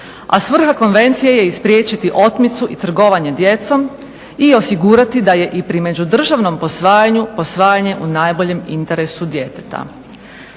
A svrha konvencije je spriječiti otmicu i trgovanje djecom i osigurati da je i pri međudržavnom posvajanju, posvajanje u najboljem interesu djeteta.